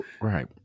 Right